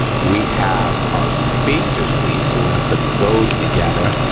we have our spacer sleeve, so we're gonna put those together.